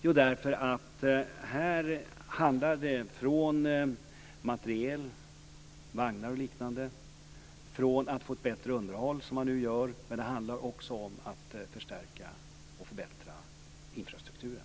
Jo, därför att här handlar det om material, vagnar osv., bättre underhåll, men det handlar också om att förstärka och förbättra infrastrukturen.